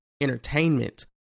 entertainment